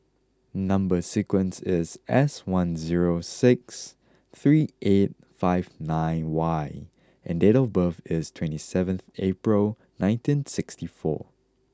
number sequence is S one zero six three eight five nine Y and date of birth is twenty seven April nineteen sixty four